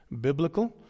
biblical